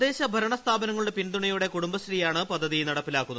തദ്ദേശ ഭരണസ്ഥാപനങ്ങളുടെ പിന്തുണയോടെ കുടുംബശ്രീയാണ് പദ്ധതി നടപ്പാക്കുന്നത്